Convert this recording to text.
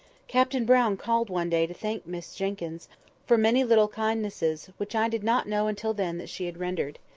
captain brown called one day to thank mist jenkyns for many little kindnesses, which i did not know until then that she had rendered.